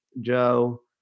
joe